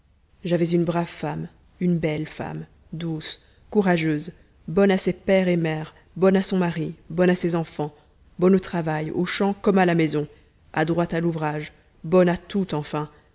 j'avais une brave femme une belle femme douce courageuse bonne à ses père et mère bonne à son mari bonne à ses enfants bonne au travail aux champs comme à la maison adroite à l'ouvrage bonne à tout enfin